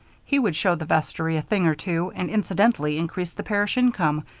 he would show the vestry a thing or two, and incidentally increase the parish income,